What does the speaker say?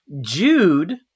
Jude